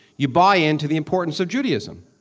you buy into the importance of judaism.